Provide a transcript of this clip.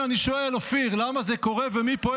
זה לא אנשים, זה אתה.